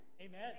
Amen